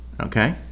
Okay